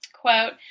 Quote